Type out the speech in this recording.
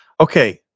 Okay